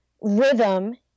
rhythm